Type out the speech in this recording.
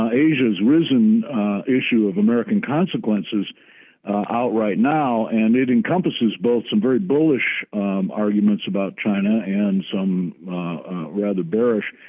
asia has risen issue of american consequences out right now and it encompasses both some very bullish arguments about china and some rather bearish.